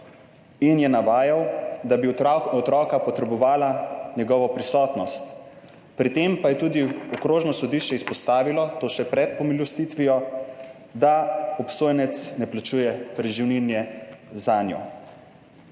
in je navajal, da bi otroka potrebovala njegovo prisotnost, pri tem pa je tudi Okrožno sodišče izpostavilo to še pred pomilostitvijo, da obsojenec ne plačuje preživnine zanjo.